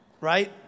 right